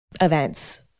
events